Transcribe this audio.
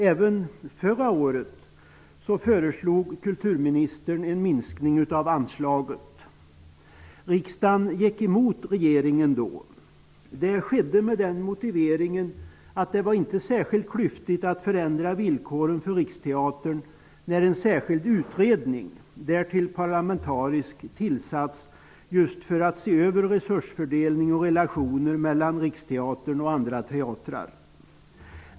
Även förra året föreslog kulturministern en minskning av anslaget. Riksdagen gick emot regeringen då. Det skedde med motiveringen att det inte var särskilt klyftigt att förändra villkoren för Riksteatern när en särskild utredning, därtill parlamentarisk, tillsatts för att just se över resursfördelningen och relationerna mellan Riksteatern och andra teatrar.